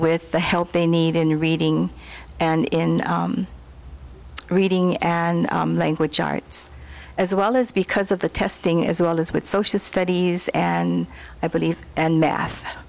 with the help they need in reading and in reading and language arts as well as because of the testing as well as with social studies and i believe and m